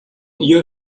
ihr